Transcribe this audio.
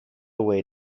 away